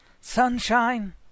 sunshine